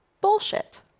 bullshit